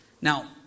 Now